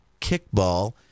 kickball